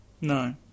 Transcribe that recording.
no